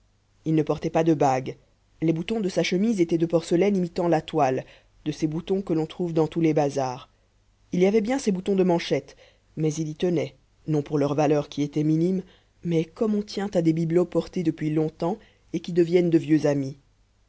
il ne portait pas de bague les boutons de sa chemise étaient de porcelaine imitant la toile de ces boutons que l'on trouve dans tous les bazars il y avait bien ses boutons de manchette mais il y tenait non pour leur valeur qui était minime mais comme on tient à des bibelots portés depuis longtemps et qui deviennent de vieux amis